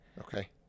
Okay